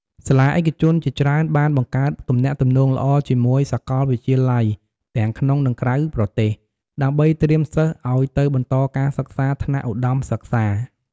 សាលាឯកជនជាច្រើនបានបង្កើតទំនាក់ទំនងល្អជាមួយសាកលវិទ្យាល័យទាំងក្នុងនិងក្រៅប្រទេស ដើម្បីត្រៀមសិស្សឱ្យទៅបន្តការសិក្សាថ្នាក់ឧត្តមសិក្សា។